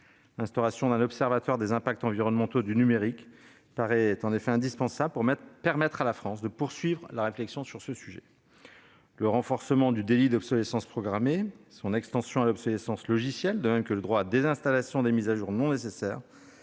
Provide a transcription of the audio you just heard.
L'instauration d'un observatoire des impacts environnementaux du numérique paraît en effet indispensable pour permettre à la France de poursuivre la réflexion sur ce sujet. Le renforcement du délit d'obsolescence programmée et son extension à l'obsolescence logicielle, de même que le droit à la désinstallation des mises à jour non nécessaires